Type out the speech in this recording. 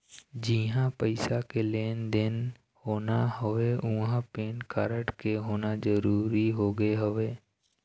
जिहाँ पइसा के लेन देन होना हवय उहाँ पेन कारड के होना जरुरी होगे हवय